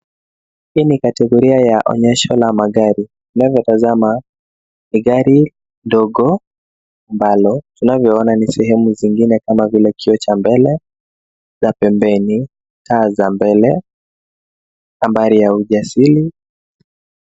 Hii ni kategoria ya onyesho la magari. Tunavyotazama ni gari ndogo ambalo tunavyoona ni sehemu zingine kama vile kioo cha mbele, ya pembeni, taa za mbele, nambari ya usajili.